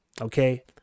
Okay